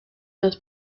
las